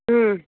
हम्म